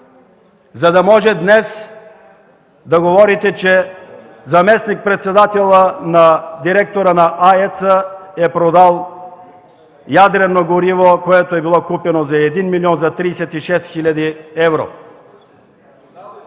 за да може днес да говорите, че заместник-председателя на директора на АЕЦ-а е продал ядрено гориво, което е било купено за един милион, за 36 хил. евро.